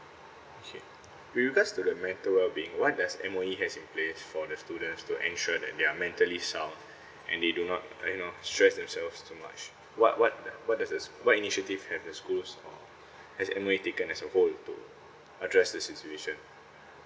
okay you guys do the mental well being what does M_O_E has in place for the students to ensure that they are mentally sound and they do not you know stress themselves too much what what do~ what does the what initiative have schools uh has M_O_E taken as a whole to address this situation